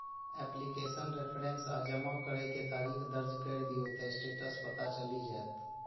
application reference आ जमा करै के तारीख दर्ज कैर दियौ, ते स्टेटस पता चलि जाएत